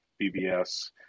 bbs